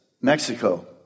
Mexico